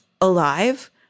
alive